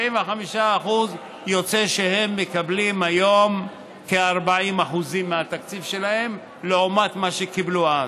75% יוצא שהם מקבלים היום כ-40% מהתקציב שלהם לעומת מה שקיבלו אז.